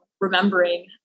remembering